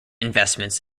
investments